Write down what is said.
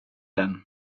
den